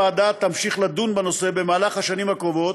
הוועדה תמשיך לדון בנושא במהלך השנים הקרובות,